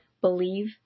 believe